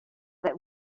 that